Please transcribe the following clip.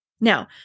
Now